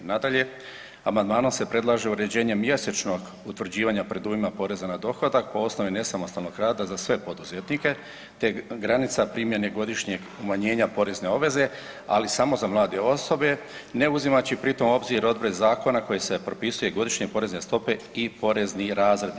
Nadalje, amandmanom se predlaže uređenje mjesečnog utvrđivanja predujma poreza na dohodak po osnovi nesamostalnog rada za sve poduzetnike te granica primjene godišnje umanjenja porezne obveze, ali samo za mlade osobe ne uzimajući pri tom u obzir odredbe zakona kojim se propisuje godišnje porezne stope i porezni razredi.